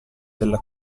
della